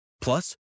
Plus